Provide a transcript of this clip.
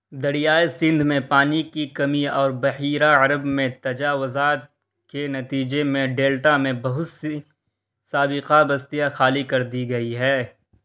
دریائے سندھ میں پانی کی کمی اور بحیرہ عرب میں تجاوزات کے نتیجے میں ڈیلٹا میں بہت سی سابقہ بستیاں خالی کر دی گئی ہے